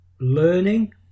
learning